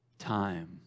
Time